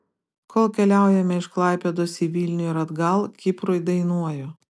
kol keliaujame iš klaipėdos į vilnių ir atgal kiprui dainuoju